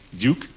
Duke